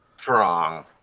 strong